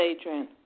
Adrian